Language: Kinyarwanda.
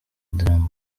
dream